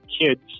kids